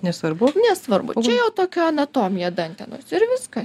nesvarbu nesvarbu čia jau tokia anatomija dantenos ir viskas